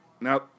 Now